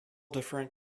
different